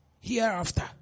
hereafter